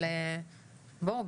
אבל בואו,